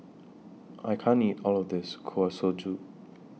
I can't eat All of This Kuih Suji